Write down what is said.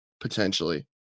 potentially